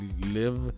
live